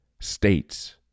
states